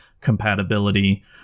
compatibility